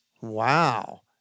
wow